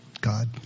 God